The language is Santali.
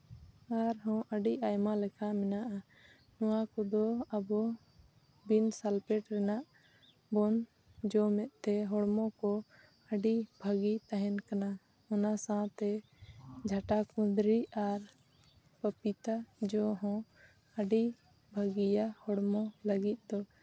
ᱟᱨ ᱦᱚᱸ ᱟᱹᱰᱤ ᱟᱭᱢᱟ ᱞᱮᱠᱟ ᱢᱮᱱᱟᱜᱼᱟ ᱱᱚᱣᱟ ᱠᱚᱫᱚ ᱟᱵᱚ ᱵᱤᱱ ᱥᱟᱞᱯᱷᱮᱴ ᱨᱮᱱᱟᱜ ᱵᱚᱱ ᱡᱚᱢᱮᱫ ᱛᱮ ᱦᱚᱲᱢᱚ ᱠᱚ ᱟᱹᱰᱤ ᱵᱷᱟᱹᱜᱤ ᱛᱟᱦᱮᱱ ᱠᱟᱱᱟ ᱚᱱᱟ ᱥᱟᱶᱛᱮ ᱡᱷᱟᱴᱟ ᱠᱩᱸᱫᱽᱨᱤ ᱟᱨ ᱯᱟᱯᱤᱛᱟ ᱡᱚ ᱦᱚᱸ ᱟᱹᱰᱤ ᱵᱷᱟᱹᱜᱤᱭᱟ ᱦᱚᱲᱢᱚ ᱞᱟᱹᱜᱤᱫ ᱫᱚ